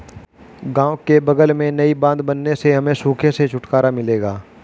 गांव के बगल में नई बांध बनने से हमें सूखे से छुटकारा मिलेगा